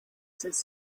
since